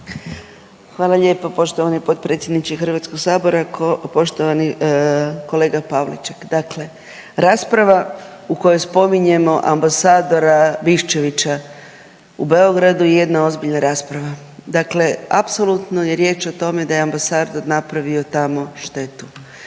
Hvala lijepo poštovani potpredsjedniče Hrvatskog sabora. Poštovani kolega Pavliček, dakle rasprava u kojoj spominjemo ambasadora Biščevića u Beogradu je jedna ozbiljna rasprava. Dakle, apsolutno je riječ o tome da je ambasador napravio tamo štetu.